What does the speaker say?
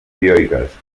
dioiques